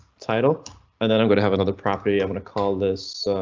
title and then i'm going to have another property i want to call this, ah,